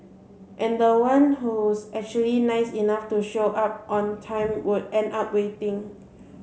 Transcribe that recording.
and the one who's actually nice enough to show up on time would end up waiting